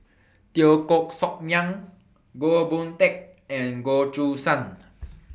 Teo Koh Sock Miang Goh Boon Teck and Goh Choo San